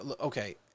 okay